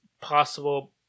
possible